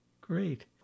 Great